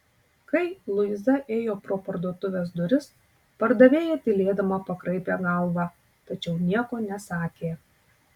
kai luiza ėjo pro parduotuvės duris pardavėja tylėdama pakraipė galvą tačiau nieko nesakė